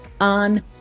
on